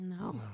No